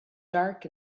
dark